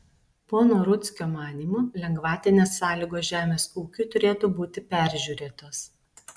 pono rudzkio manymu lengvatinės sąlygos žemės ūkiui turėtų būti peržiūrėtos